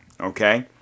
Okay